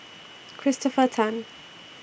Christopher Tan